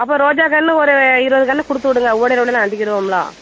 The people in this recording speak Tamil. அப்போ ரோஜா கன்று ஒரு இருபது கன்று கொடுத்து விடுங்க உடையில உடையில நட்டுக்கிடுவோம்ல